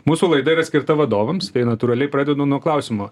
mūsų laida yra skirta vadovams tai natūraliai pradedu nuo klausimo